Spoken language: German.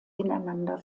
ineinander